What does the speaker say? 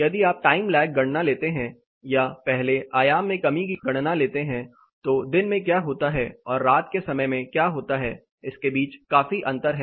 यदि आप time lag गणना लेते हैं या पहले आयाम में कमी की गणना लेते हैं तो दिन में क्या होता है और रात के समय में क्या होता है इसके बीच काफी अंतर है